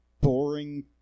boring